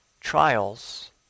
trials